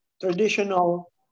traditional